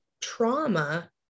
trauma